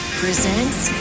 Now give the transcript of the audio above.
presents